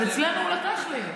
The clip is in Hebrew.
אז אצלנו הוא לקח לי.